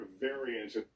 variants